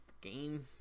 game